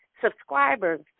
subscribers